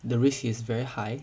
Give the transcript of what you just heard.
the risk is very high